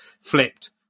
flipped